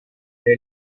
era